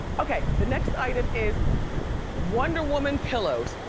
okay, the next item is wonder woman pillows.